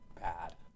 bad